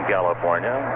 California